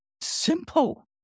Simple